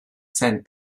sand